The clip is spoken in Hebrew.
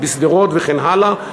בשדרות וכן הלאה,